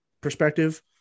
perspective